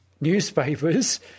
newspapers